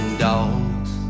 dogs